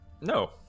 No